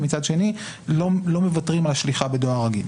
ומצד שני לא מוותרים על השליחה בדואר רגיל.